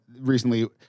recently